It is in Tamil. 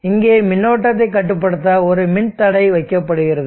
இங்கே மின்னோட்டத்தை கட்டுப்படுத்த ஒரு மின்தடை வைக்கப்படுகிறது